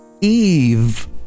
Eve